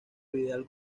vidal